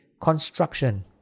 construction